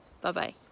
Bye-bye